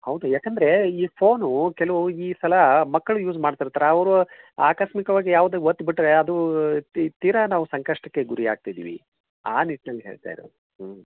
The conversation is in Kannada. ಹೌದು ಯಾಕಂದರೆ ಈ ಫೋನೂ ಕೆಲವು ಈ ಸಲ ಮಕ್ಕಳು ಯೂಸ್ ಮಾಡ್ತಿರ್ತಾರೆ ಅವರು ಆಕಸ್ಮಿಕವಾಗಿ ಯಾವುದೇ ಒತ್ತು ಬಿಟ್ಟರೆ ಅದು ತೀರಾ ನಾವು ಸಂಕಷ್ಟಕ್ಕೆ ಗುರಿ ಆಗ್ತಿದ್ದೀವಿ ಆ ನಿಟ್ನಲ್ಲಿ ಹೇಳ್ತಾ ಇರೋದು ಹ್ಞ್